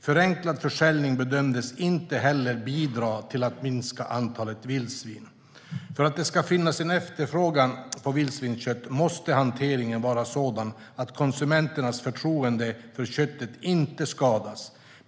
Förenklad försäljning bedömdes inte heller bidra till att minska antalet vildsvin. För att det ska finnas en efterfrågan på vildsvinskött måste hanteringen vara sådan att konsumenternas förtroende för köttet inte skadas.